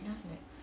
okay